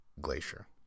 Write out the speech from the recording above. Glacier